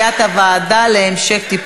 הצעת חוק העונשין (תיקון מס' 126)